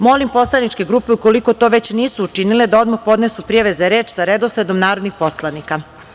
Molim poslaničke grupe ukoliko to već nisu učinile da odmah podnesu prijave za reč sa redosledom narodnih poslanika.